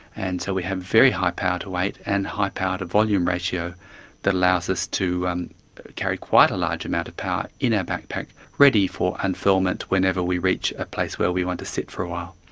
and so we have a very high power to weight and high power to volume ratio that allows us to carry quite a large amount of power in our backpack ready for unfurlment whenever we reach a place where we want to sit for a while.